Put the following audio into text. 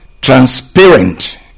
Transparent